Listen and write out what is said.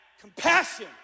compassion